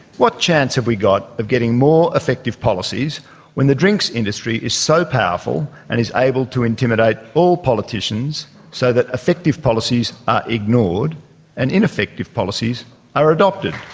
what chance have we got of getting more effective policies when the drinks industry is so powerful and is able to intimidate all politicians so that effective policies are ignored and ineffective policies are adopted?